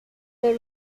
the